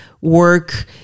work